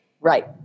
Right